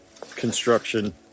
construction